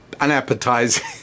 unappetizing